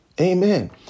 Amen